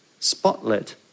Spotlit